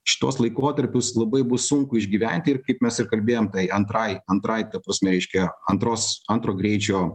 šituos laikotarpius labai bus sunku išgyventi ir kaip mes ir kalbėjom tai antrai antrai ta prasme reiškia antros antro greičio